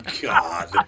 God